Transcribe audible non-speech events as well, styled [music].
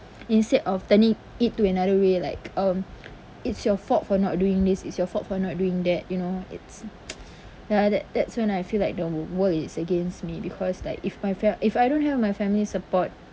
instead of turning it to another way like um it's your fault for not doing this it's your fault for not doing that you know it's [noise] ya that that's when I feel like the world is against me because like if my fa~ if I don't have my family's support